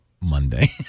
Monday